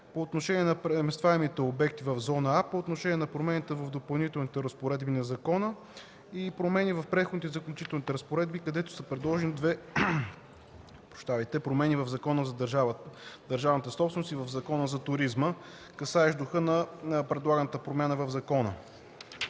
по отношение на преместваемите обекти в зона „А”, по отношение на промени в допълнителните разпоредби на закона и промени в преходните и заключителните разпоредби, където са предложени две промени в Закона за държавната собственост и в Закона за туризма, касаещи духа на предлаганата промяна в закона.